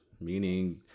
Meaning